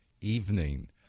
evening